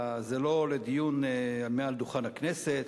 זה לא לדיון מעל דוכן הכנסת,